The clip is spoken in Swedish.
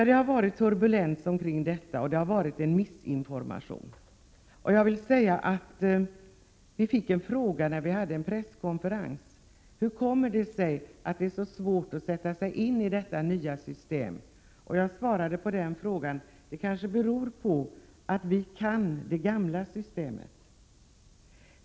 Det har förekommit turbulens omkring detta förslag och felinformation. Då vi höll presskonferens fick vi en fråga om hur det kan komma sig att det är så svårt att sätta sig in i det nya systemet. Jag svarade på den frågan med att säga att det kanske beror på att vi kan det gamla systemet.